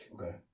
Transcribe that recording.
Okay